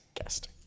guest